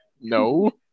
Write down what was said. No